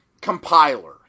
compiler